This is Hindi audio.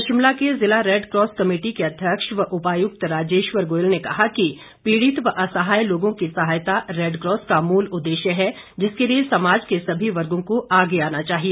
वहीं शिमला के जिला रेडक्रॉस कमेटी के अध्यक्ष व उपायुक्त राजेश्वर गोयल ने कहा कि पीड़ित व असहाय लोगों की सहायता रेडक्रॉस का मूल उद्देश्य है जिसके लिए समाज के सभी वर्गों को आगे आना चाहिए